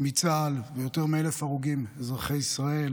מצה"ל ויותר מ-1,000 הרוגים אזרחי ישראל